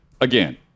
again